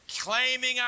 claiming